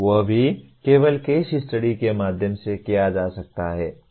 वह भी केवल केस स्टडी के माध्यम से किया जा सकता है